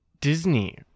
Disney